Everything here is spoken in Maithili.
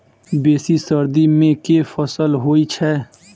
बेसी सर्दी मे केँ फसल होइ छै?